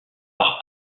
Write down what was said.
par